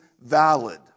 valid